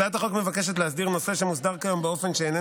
הצעת החוק מבקשת להסדיר נושא שמוסדר כיום באופן שאינו